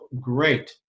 great